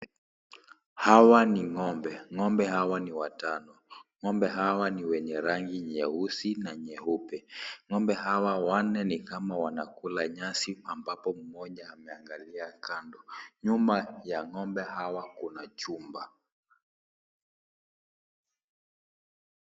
Hawa ni ng'ombe. Ng'ombe hawa ni watano. Ng'ombe hawa ni wenye rangi nyeusi na nyeupe. Ng'ombe hawa wanne ni kama wanakula nyasi ambapo mmoja ameangalia kando. Nyuma ya ngombe hawa kuna chumba.